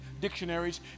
dictionaries